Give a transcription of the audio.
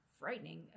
frightening